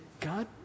God